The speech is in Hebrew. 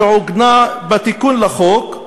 שעוגנה בתיקון לחוק,